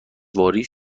واریز